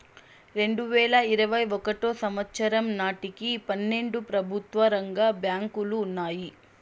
రెండువేల ఇరవై ఒకటో సంవచ్చరం నాటికి పన్నెండు ప్రభుత్వ రంగ బ్యాంకులు ఉన్నాయి